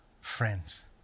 friends